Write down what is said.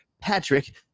Patrick